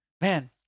man